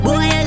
Boy